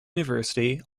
university